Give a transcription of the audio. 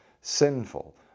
sinful